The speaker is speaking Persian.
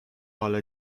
حالا